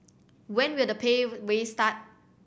when will the pay raise start